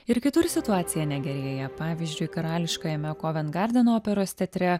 ir kitur situacija negerėja pavyzdžiui karališkajame koven gardeno operos teatre